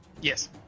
Yes